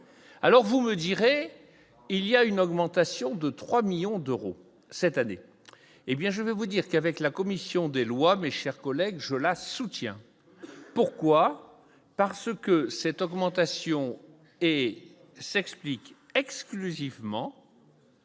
alors vous me direz, il y a une augmentation de 3 millions d'euros cette année, hé bien je vais vous dire qu'avec la commission des lois, mes chers collègues, je la soutiens, pourquoi, parce que cette augmentation et s'explique exclusivement.